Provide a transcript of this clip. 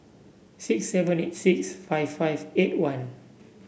six seven eight six five five eight one